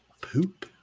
poop